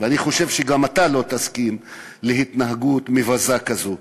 אני חושב שגם אתה לא תסכים להתנהגות מבזה כזו.